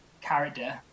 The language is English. character